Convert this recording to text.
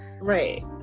Right